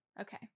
okay